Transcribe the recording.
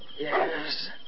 Yes